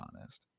honest